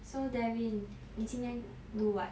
so davin 你今天 do what